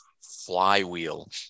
flywheel